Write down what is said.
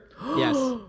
yes